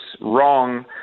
wrong